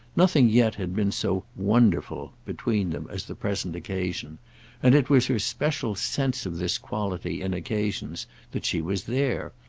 nothing yet had been so wonderful between them as the present occasion and it was her special sense of this quality in occasions that she was there,